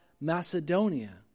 Macedonia